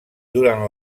durant